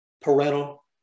parental